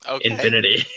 infinity